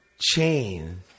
chain